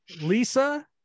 Lisa